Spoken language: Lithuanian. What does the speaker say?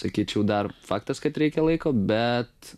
sakyčiau dar faktas kad reikia laiko bet